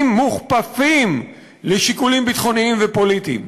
מוכפפים לשיקולים ביטחוניים ופוליטיים.